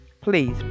Please